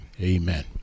Amen